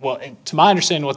well to my understand what